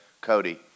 Cody